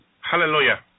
Hallelujah